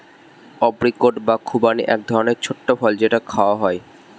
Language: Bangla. অপ্রিকট বা খুবানি এক রকমের ছোট্ট ফল যেটা খাওয়া হয়